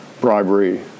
bribery